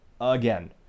again